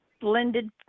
blended